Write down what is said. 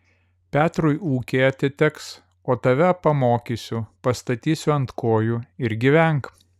petrui ūkė atiteks o tave pamokysiu pastatysiu ant kojų ir gyvenk